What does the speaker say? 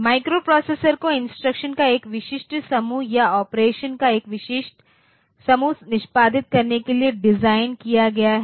microprocessor को instruction का एक विशिष्ट समूह या ऑपरेशन का एक विशिष्ट समूह निष्पादित करने के लिए डिज़ाइन किया गया है